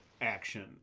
action